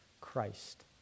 Christ